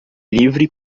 livre